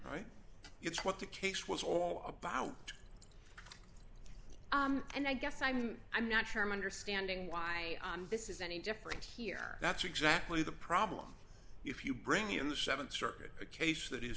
right it's what the case was all about and i guess i mean i'm not sure i'm understanding why this is any different here that's exactly the problem if you bring in the th circuit a case that is